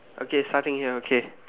okay starting here okay